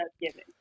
giving